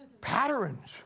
Patterns